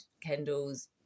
Kendall's